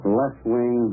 left-wing